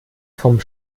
vom